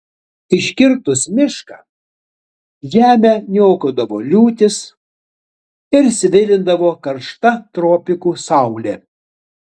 iškirtus mišką žemę niokodavo liūtys ir svilindavo karšta tropikų saulė